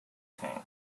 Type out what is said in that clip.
tank